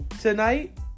tonight